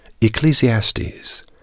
Ecclesiastes